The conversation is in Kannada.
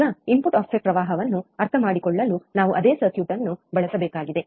ಈಗ ಇನ್ಪುಟ್ ಆಫ್ಸೆಟ್ ಪ್ರವಾಹವನ್ನು ಅರ್ಥಮಾಡಿಕೊಳ್ಳಲು ನಾವು ಅದೇ ಸರ್ಕ್ಯೂಟ್ ಅನ್ನು ಬಳಸಬೇಕಾಗಿದೆ